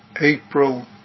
April